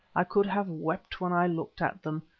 i could have wept when i looked at them,